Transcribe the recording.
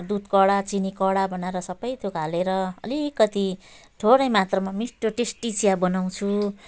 दुध कडा चिनी कडा बनाएर सबै थोक हालेर अलिकति थोरै मात्रामा मिठो टेस्टी चिया बनाउँछु